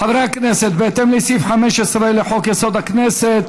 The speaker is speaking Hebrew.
חברי הכנסת, בהתאם לסעיף 15 לחוק-יסוד: הכנסת,